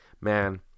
man